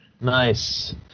Nice